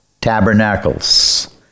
Tabernacles